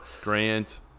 Grant